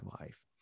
life